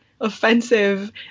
offensive